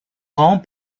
rang